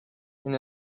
این